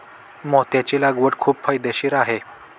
मोत्याची लागवड खूप फायदेशीर आहे